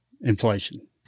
inflation